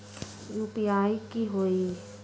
UPI की होई?